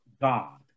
God